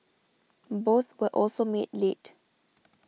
both were also made late